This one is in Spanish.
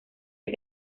que